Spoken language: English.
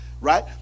right